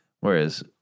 whereas